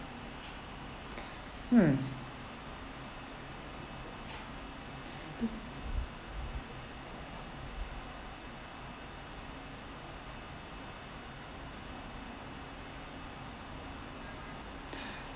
mm